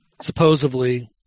supposedly